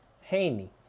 Haney